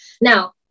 Now